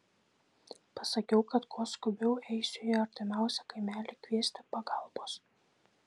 pasakiau kad kuo skubiau eisiu į artimiausią kaimelį kviesti pagalbos